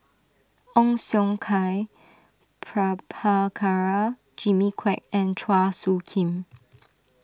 Ong Siong Kai Prabhakara Jimmy Quek and Chua Soo Khim